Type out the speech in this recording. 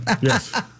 Yes